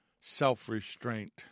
self-restraint